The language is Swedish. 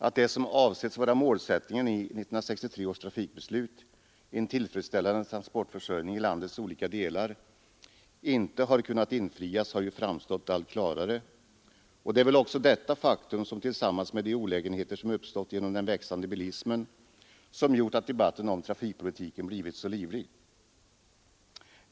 Att det som avsetts vara målsättningen i 1963 års trafikbeslut — en tillfredsställande transportförsörjning för landets olika delar — inte har kunnat infrias har ju framstått som allt klarare, och det är väl också detta faktum — tillsammans med de olägenheter som uppstått genom den växande bilismen — som gjort att debatten om trafikpolitiken blivit så livlig.